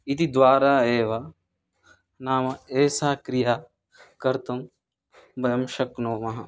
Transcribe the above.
इति द्वारा एव नाम एतां क्रियां कर्तुं वयं शक्नुमः